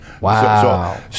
Wow